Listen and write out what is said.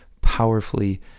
powerfully